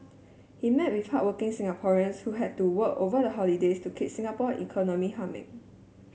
he met with hardworking Singaporeans who had to work over the holidays to keep Singapore economy humming